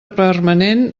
permanent